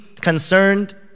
concerned